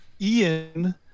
Ian